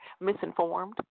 misinformed